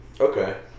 okay